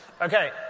Okay